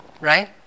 right